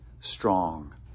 strong